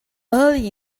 early